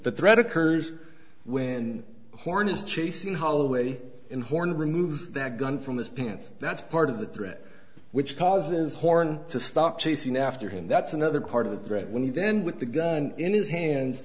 the threat occurs when horn is chasing holloway and horn removes that gun from his pants that's part of the threat which causes horn to stop chasing after him that's another part of the threat when he then with the gun in his hand